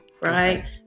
Right